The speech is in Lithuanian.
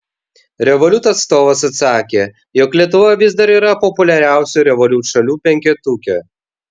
revolut atstovas atsakė jog lietuva vis dar yra populiariausių revolut šalių penketuke